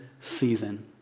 season